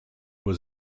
was